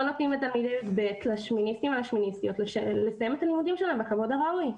לא נותנים לתלמידי כיתות י"ב לסיים את הלימודים שלהם בכבוד הראוי.